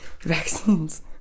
vaccines